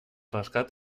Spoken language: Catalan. rescat